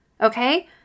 Okay